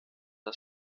das